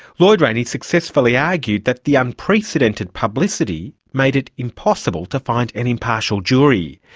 lloyd rayney successfully argued that the unprecedented publicity made it impossible to find an impartial jury.